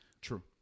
True